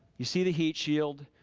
you see the heat shield,